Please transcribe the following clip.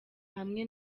hamwe